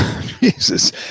Jesus